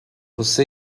você